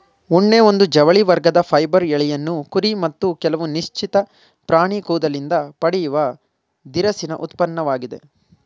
ಉಣ್ಣೆ ಒಂದು ಜವಳಿ ವರ್ಗದ ಫೈಬರ್ ಎಳೆಯನ್ನು ಕುರಿ ಮತ್ತು ಕೆಲವು ನಿಶ್ಚಿತ ಪ್ರಾಣಿ ಕೂದಲಿಂದ ಪಡೆಯುವ ದಿರಸಿನ ಉತ್ಪನ್ನವಾಗಿದೆ